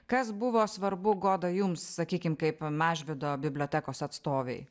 kas buvo svarbu goda jums sakykim kaip mažvydo bibliotekos atstovei